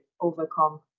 overcome